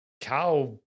cow